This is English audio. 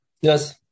Yes